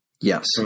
Yes